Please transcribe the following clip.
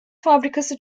fabrikası